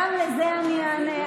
גם על זה אני אענה.